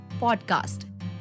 podcast